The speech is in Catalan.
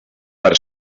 per